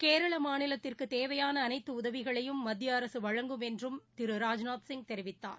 கேரளமாநிலத்திற்குதேவையானஅனைத்தஉதவிகளையும் மத்தியஅரசுவழங்கும் என்றும் திரு ராஜ்நாத் சிங் தெரிவிக்கார்